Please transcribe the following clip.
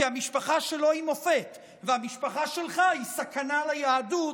כי המשפחה שלו היא מופת והמשפחה שלך היא סכנה ליהדות,